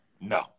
No